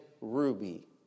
ruby